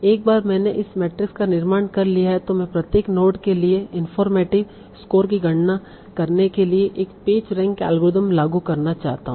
एक बार मैंने इस मैट्रिक्स का निर्माण कर लिया है तो मैं प्रत्येक नोड के लिए इन्फोरमेटिव स्कोर की गणना करने के लिए एक पेज रैंक एल्गोरिथ्म लागू करना चाहता हूं